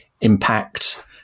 impact